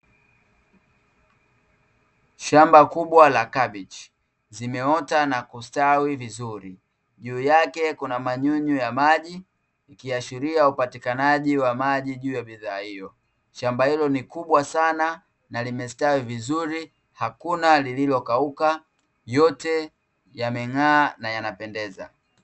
Shamba kubwa la kabichi, zimeota na kustawi vizuri. Juu yake kuna manyunyu ya maji, ikiashiria upatikanaji wa maji juu ya bidhaa hiyo. Shamba hilo ni kubwa sana, na limestawi vizuri, hakuna lililokauka, yote yameng'aa na yanapendeza.